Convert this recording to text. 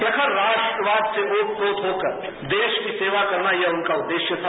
प्रखर राष्ट्रवाद से ओत पोत से होकर देश की सेवा करना ये उनका उद्देश्य था